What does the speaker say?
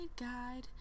guide